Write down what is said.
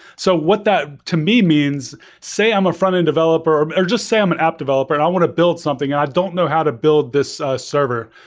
so what that to me means, say i'm a frontend developer, or or just say i'm an app developer and i want to build something and i don't know how to build this server.